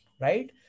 right